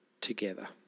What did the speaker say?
together